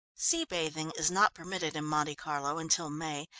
sea bathing is not permitted in monte carlo until may,